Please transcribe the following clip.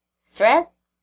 Stress